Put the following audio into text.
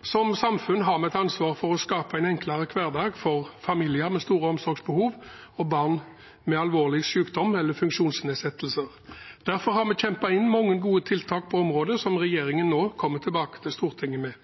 Som samfunn har vi et ansvar for å skape en enklere hverdag for familier med store omsorgsbehov og barn med alvorlig sykdom eller funksjonsnedsettelser. Derfor har vi kjempet inn mange gode tiltak på området, som regjeringen nå kommer tilbake til Stortinget med.